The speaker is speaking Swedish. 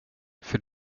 för